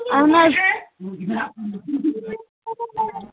اہن حظ